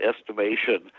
estimation